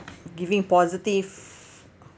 giving positive